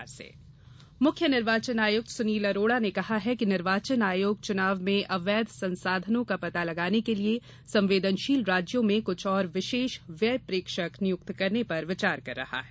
निर्वाचन आयोग प्रेक्षक मुख्य निर्वाचन आयुक्त सुनील अरोड़ा ने कहा है कि निर्वाचन आयोग चुनाव में अवैध संसाधनों का पता लगाने के लिए संवेदनशील राज्यों में कुछ और विशेष व्यय प्रेक्षक नियुक्त करने पर विचार कर रहा है